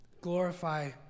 Glorify